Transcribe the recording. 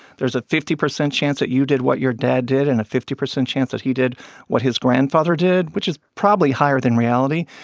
there's a fifty percent chance that you did what your dad did and a fifty percent chance that he did what his grandfather did, which is probably higher than reality,